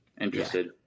Interested